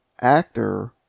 Actor